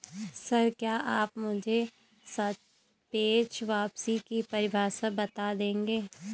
Sir, क्या आप मुझे सापेक्ष वापसी की परिभाषा बता देंगे?